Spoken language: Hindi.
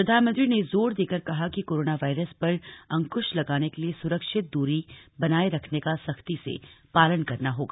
प्रधानमत्री ने जोर देकर कहा कि कोरोना वायरस पर अंकृश लगाने के लिए सुरक्षित दूरी बनाए रखने का सख्ती से पालन करना होगा